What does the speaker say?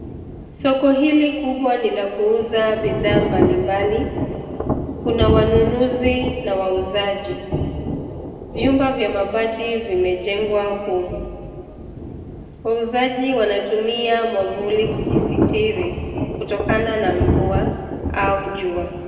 Soko hili kubwa ni la kuuza bidhaa mbalimbali. Kuna wanunuzi na wauzaji. Vyumba vya mabati vimejengwa humu. Wauzaji wanatumia mwavuli kujisitiri kutokana na mvua au jua.